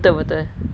betul betul